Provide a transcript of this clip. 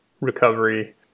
recovery